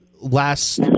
last